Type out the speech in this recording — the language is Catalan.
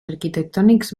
arquitectònics